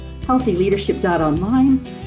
healthyleadership.online